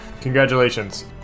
congratulations